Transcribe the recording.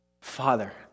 Father